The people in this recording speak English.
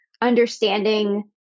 understanding